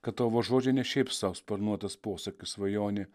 kad tavo žodžiai ne šiaip sau sparnuotas posakis svajonė